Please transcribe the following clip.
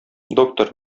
доктор